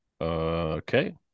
Okay